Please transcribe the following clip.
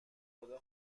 خدا